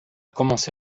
commencé